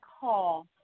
call